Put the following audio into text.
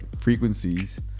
frequencies